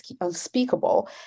unspeakable